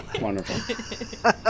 Wonderful